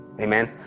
amen